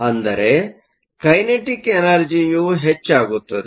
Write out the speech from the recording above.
ಅಂದರೆ ಕೈನೆಟಿಕ್ ಎನರ್ಜಿಯು ಹೆಚ್ಚಾಗುತ್ತದೆ